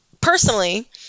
personally